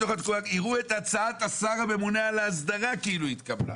יראו את הצעת השר הממונה על ההסדרה כאילו היא התקבלה.